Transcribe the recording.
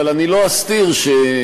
אבל אני לא אסתיר הרי,